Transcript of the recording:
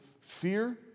fear